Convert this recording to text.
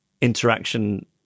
interaction